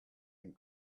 and